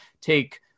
take